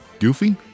Goofy